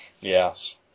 Yes